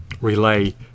relay